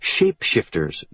shapeshifters